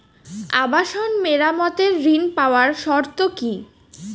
আবাসন মেরামতের ঋণ পাওয়ার শর্ত কি?